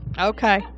okay